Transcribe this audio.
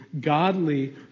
godly